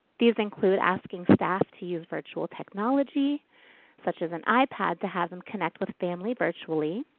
these include asking staff to use virtual technology such as an ipad to have them connect with family virtually,